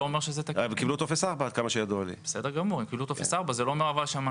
אבל הם כן קיבלו טופס 4. אבל זה לא אומר שאנחנו יודעים